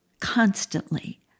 constantly